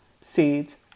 seeds